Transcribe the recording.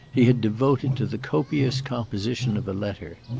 he had devoted to the copious composition of a letter.